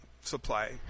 supply